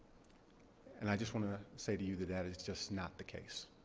and i just want to say to you that that is just not the case.